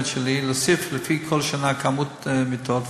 שלי להוסיף לפי כל שנה כמות מיטות,